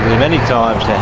many times yeah